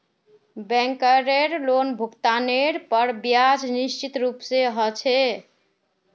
बैंकेर लोनभुगतानेर पर ब्याज निश्चित रूप से ह छे